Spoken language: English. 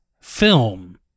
film